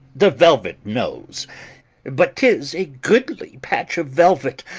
the velvet knows but tis a goodly patch of velvet.